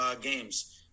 games